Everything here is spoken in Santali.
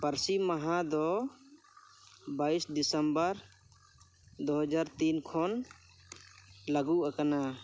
ᱯᱟᱹᱨᱥᱤ ᱢᱟᱦᱟ ᱫᱚ ᱵᱟᱭᱤᱥ ᱰᱤᱥᱮᱢᱵᱚᱨ ᱫᱩ ᱦᱟᱡᱟᱨ ᱛᱤᱱ ᱠᱷᱚᱱ ᱞᱟᱜᱩ ᱟᱠᱟᱱᱟ